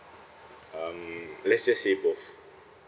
I'll need let's just say both